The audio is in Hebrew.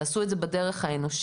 תעשו את זה בדרך האנושית,